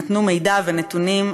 נתנו מידע ונתונים,